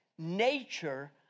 nature